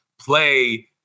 play